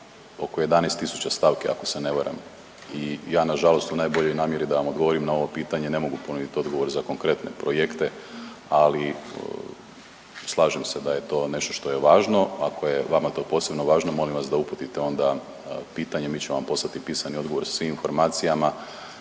oko 11000 stavki ako se ne varam i ja na žalost u najboljoj namjeri da vam odgovorim na ovo pitanje ne mogu ponuditi odgovor za konkretne projekte. Ali slažem se da je to nešto što je važno. Ako je vama to posebno važno molim vas da uputite onda pitanje mi ćemo vam poslati pisani odgovor sa svim informacijama,